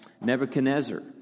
Nebuchadnezzar